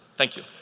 thank you.